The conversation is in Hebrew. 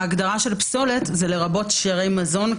ההגדרה של פסולת זה לרבות שיירי מזון,